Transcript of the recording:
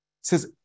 Says